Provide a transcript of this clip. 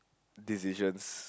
decisions